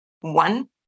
one